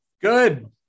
Good